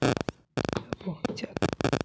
LIC bond ನಿಂದ ಸಾಲ ಪಡೆಯಬಹುದೇ?